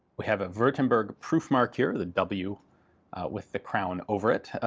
we have a wurttemberg proof mark here, the w with the crown over it.